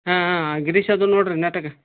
ಹಾಂ ಹಾಂ ಆ ಗಿರಿಸದು ನೋಡ್ರಿ ನೆಟಗ